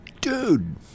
dude